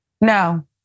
No